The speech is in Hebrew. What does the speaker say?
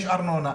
יש ארנונה,